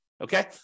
Okay